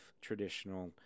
traditional